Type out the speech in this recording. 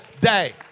day